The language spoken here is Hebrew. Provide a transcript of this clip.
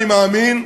אני מאמין,